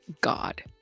God